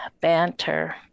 banter